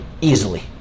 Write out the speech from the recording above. easily